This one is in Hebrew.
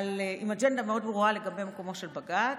עם אג'נדה מאוד ברורה לגבי מקומו של בג"ץ,